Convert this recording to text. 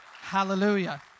Hallelujah